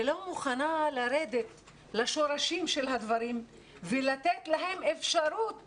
ולא מוכנה לרדת לשורשים של הדברים ולתת להם אפשרות